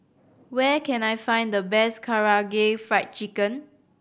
where can I find the best Karaage Fried Chicken